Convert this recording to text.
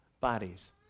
bodies